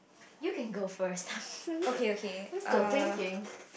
you can go first I'm still thinking